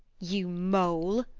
you mole,